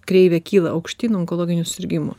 kreivė kyla aukštyn onkologinių susirgimų